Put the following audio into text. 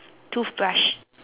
toothbrush